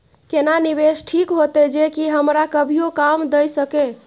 केना निवेश ठीक होते जे की हमरा कभियो काम दय सके?